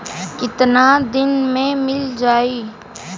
कितना दिन में मील जाई?